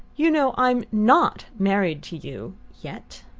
you know i'm not married to you yet!